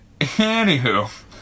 Anywho